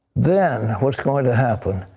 then, what is going to happen,